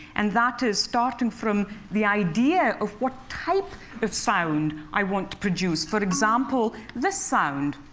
and that is, starting from the idea of what type of sound i want to produce, for example, this sound